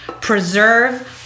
preserve